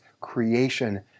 creation